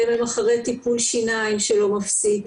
דמם אחרי טיפול שיניים שלא מפסיק,